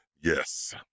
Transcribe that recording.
Yes